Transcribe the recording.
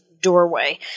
doorway